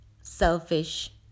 selfish